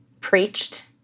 preached